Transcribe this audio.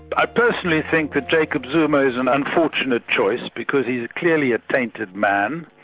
i personally think that jacob zuma is an unfortunate choice because he's clearly a tainted man.